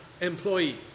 employee